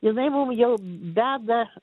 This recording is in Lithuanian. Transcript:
jinai mum jau beda